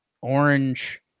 orange